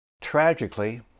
Tragically